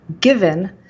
given